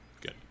Good